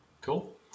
Cool